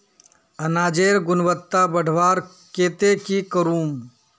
अनाजेर गुणवत्ता बढ़वार केते की करूम?